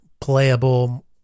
playable